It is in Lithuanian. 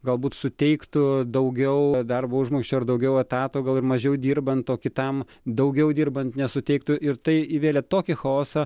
galbūt suteiktų daugiau darbo užmokesčio ar daugiau etato gal ir mažiau dirbant o kitam daugiau dirbant nesuteiktų ir tai įvėlė tokį chaosą